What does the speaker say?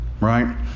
right